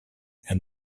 and